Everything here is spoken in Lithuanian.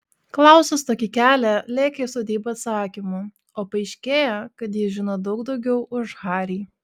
klausas tokį kelią lėkė į sodybą atsakymų o paaiškėja kad jis žino daug daugiau už harį